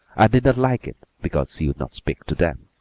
and did not like it because she would not speak to them.